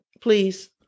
please